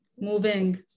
Moving